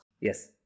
Yes